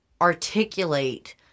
articulate